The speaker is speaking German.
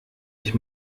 ich